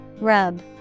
Rub